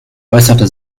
äußerte